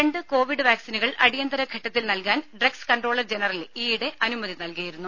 രണ്ട് കോവിഡ് വാക്സിനുകൾ അടിയന്തര ഘട്ടത്തിൽ നൽകാൻ ഡ്രഗ്സ് കൺട്രോളർ ജനറൽ ഈയിടെ അനുമതി നൽകിയിരുന്നു